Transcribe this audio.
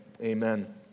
amen